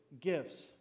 gifts